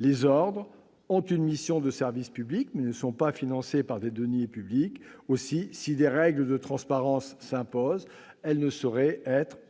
Les ordres ont une mission de service public, mais ne sont pas financés par des deniers publics. Aussi, si des règles de transparence s'imposent, elles ne sauraient être plus